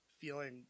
feeling